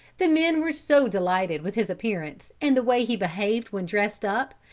the men were so delighted with his appearance and the way he behaved when dressed up,